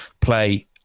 play